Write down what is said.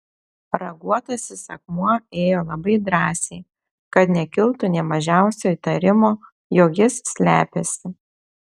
raguotasis akmuo ėjo labai drąsiai kad nekiltų nė mažiausio įtarimo jog jis slepiasi